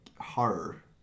horror